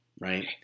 right